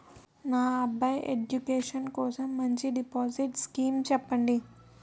నా అబ్బాయి ఎడ్యుకేషన్ కోసం మంచి డిపాజిట్ స్కీం చెప్పండి